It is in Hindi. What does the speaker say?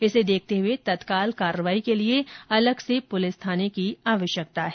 इसे देखते हुए तत्काल कार्रवाई के लिए अगल से पुलिस थाने की आवश्कता है